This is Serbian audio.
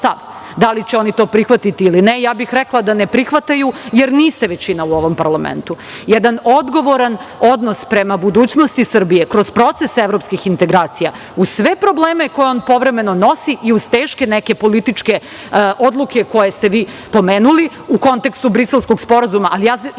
da li će oni to prihvatiti ili ne, ja bih rekla da ne prihvataju, jer niste većina u ovom parlamentu. Jedan odgovoran odnos prema budućnosti Srbije kroz procese evropskih integracija uz sve probleme koje on povremeno nosi i uz teške neke političke odluke, koje ste vi pomenuli, u kontekstu Briselskog sporazuma,